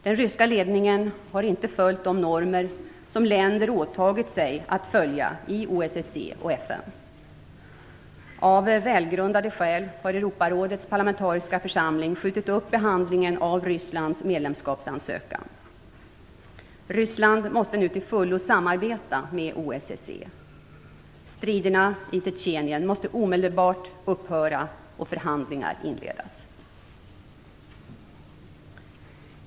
Den ryska ledningen har inte följt de normer som länder åtagit sig att följa i OSSE och FN. Av välgrundade skäl har Europarådets parlamentariska församling skjutit upp behandlingen av Ryssland medlemskapsansökan. Ryssland måste nu till fullo samarbeta med OSSE. Striderna i Tjetjenien måste omedelbart upphöra och förhandlingar inledas.